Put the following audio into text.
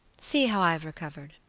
see how i have recovered.